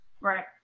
Right